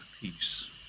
peace